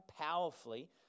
powerfully